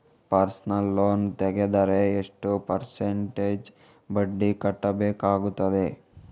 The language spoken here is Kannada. ಪರ್ಸನಲ್ ಲೋನ್ ತೆಗೆದರೆ ಎಷ್ಟು ಪರ್ಸೆಂಟೇಜ್ ಬಡ್ಡಿ ಕಟ್ಟಬೇಕಾಗುತ್ತದೆ?